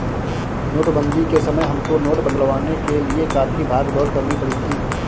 नोटबंदी के समय हमको नोट बदलवाने के लिए काफी भाग दौड़ करनी पड़ी थी